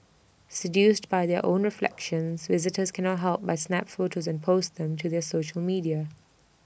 seduced by their own reflections visitors cannot help but snap photos and post them to their social media